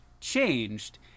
changed